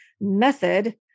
method